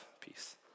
Peace